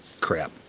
crap